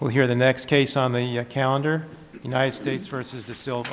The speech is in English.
well here the next case on the your calendar united states versus the sil